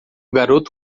garoto